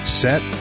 set